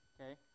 Okay